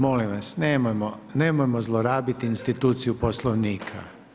Molim vas, nemojmo zlorabiti instituciju Poslovnika.